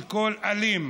כל אלים